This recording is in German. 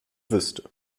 wüsste